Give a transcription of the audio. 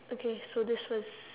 okay so this was